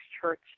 Church